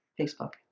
Facebook